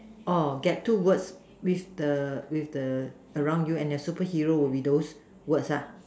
orh get two words with the with the around you and super heroes will be those words lah